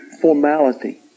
formality